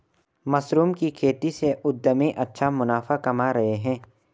mushroom की खेती से उद्यमी अच्छा मुनाफा कमा रहे हैं